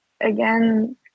again